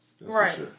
Right